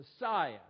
Messiah